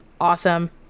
awesome